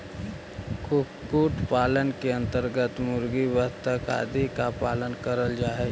कुक्कुट पालन के अन्तर्गत मुर्गी, बतख आदि का पालन करल जा हई